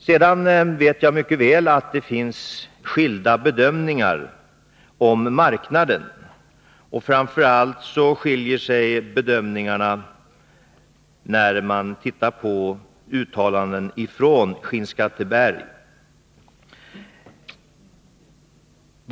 Jag vet mycket väl att det finns skilda bedömningar i fråga om marknader, och framför allt skiljer sig bedömningarna när det gäller Skinnskatteberg.